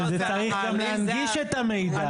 אבל זה צריך גם להנגיש את המידע.